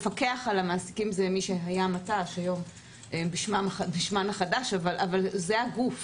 לפקח על המעסיקים זה מי שהיה מת"ש היום הם בשמם החדש אבל זה הגוף